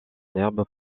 herbe